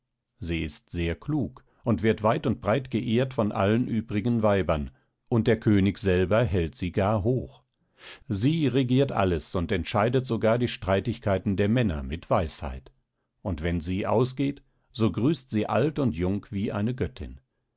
sie ist sehr klug und wird weit und breit geehrt vor allen übrigen weibern und der könig selber hält sie gar hoch sie regiert alles und entscheidet sogar die streitigkeiten der männer mit weisheit und wenn sie ausgeht so grüßt sie alt und jung wie eine göttin